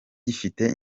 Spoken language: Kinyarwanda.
gifite